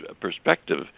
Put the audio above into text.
perspective